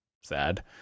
sad